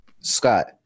Scott